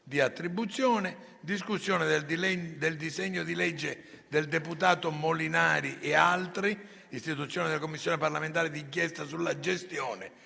di attribuzione III. Discussione del disegno di legge: Deputato MOLINARI e altri. - Istituzione di una Commissione parlamentare di inchiesta sulla gestione